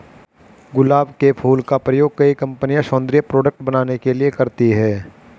गुलाब के फूल का प्रयोग कई कंपनिया सौन्दर्य प्रोडेक्ट बनाने के लिए करती है